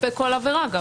כלפי כל עבירה גם.